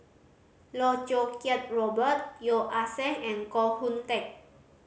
Loh Choo Kiat Robert Yeo Ah Seng and Koh Hoon Teck